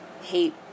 hate